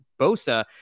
Bosa